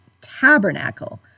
tabernacle